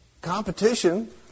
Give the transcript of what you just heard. competition